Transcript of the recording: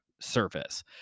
service